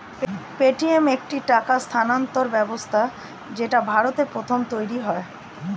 Paytm একটি টাকা স্থানান্তর ব্যবস্থা যেটা ভারতে প্রথম তৈরী হয়